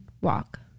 walk